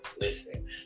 listen